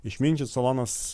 išminčius salonas